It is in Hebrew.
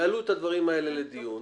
יעלו את הדברים האלו לדיון,